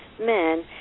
men